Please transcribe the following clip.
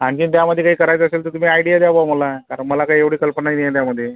आणखीन त्यामध्ये काही करायचे असेल तर तुम्ही आयडिया द्या बा मला कारण मला काही एवढी कल्पना नाही आहे त्यामध्ये